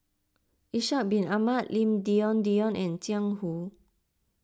Ishak Bin Ahmad Lim Denan Denon and Jiang Hu